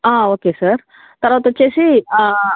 okay sir తరువాత వచ్చి